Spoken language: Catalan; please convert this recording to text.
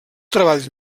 treballs